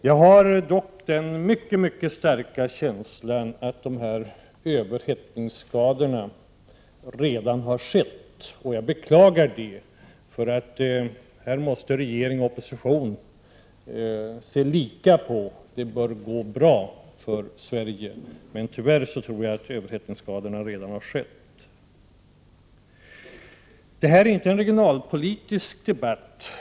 Jag har dock den mycket starka känslan att överhettningsskadorna redan har skett, och jag beklagar det. Regering och opposition måste se lika på önskan att det skall gå bra för Sverige, men jag tror att överhettningsskadorna tyvärr redan har skett. Detta är inte en regionalpolitisk debatt.